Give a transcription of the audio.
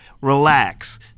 relax